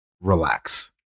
Relax